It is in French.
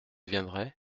viendrai